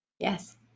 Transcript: Yes